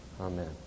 Amen